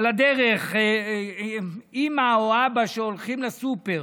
על הדרך, אימא או אבא שהולכים לסופר,